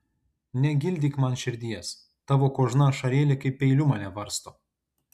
negildyk man širdies tavo kožna ašarėlė kaip peiliu mane varsto